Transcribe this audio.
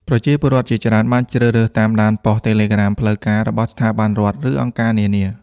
ប្រជាពលរដ្ឋជាច្រើនបានជ្រើសរើស តាមដានប៉ុស្តិ៍ Telegram ផ្លូវការ របស់ស្ថាប័នរដ្ឋ ឬអង្គការនានា។